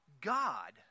God